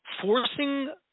forcing